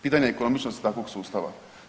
Pitanje je ekonomičnosti takvog sustava.